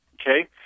okay